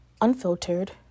unfiltered